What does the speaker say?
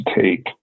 take